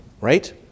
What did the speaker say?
right